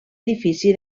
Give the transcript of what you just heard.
edifici